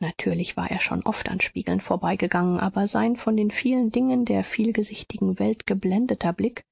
natürlich war er schon oft an spiegeln vorbeigegangen aber sein von den vielen dingen der vielgesichtigen welt geblendeter blick